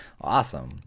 awesome